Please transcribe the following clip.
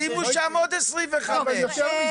אז שישימו שם עוד 25 מיליוני שקלים.